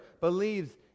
believes